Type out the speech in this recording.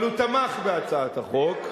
אבל הוא תמך בהצעת החוק.